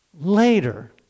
later